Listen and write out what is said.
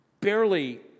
barely